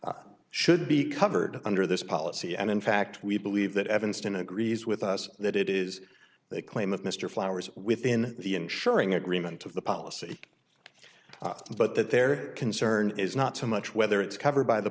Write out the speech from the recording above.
ray should be covered under this policy and in fact we believe that evanston agrees with us that it is they claim of mr flowers within the ensuring agreement of the policy but that their concern is not so much whether it's covered by the